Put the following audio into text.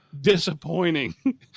disappointing